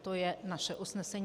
To je naše usnesení.